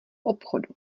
obchodu